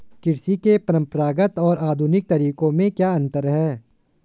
कृषि के परंपरागत और आधुनिक तरीकों में क्या अंतर है?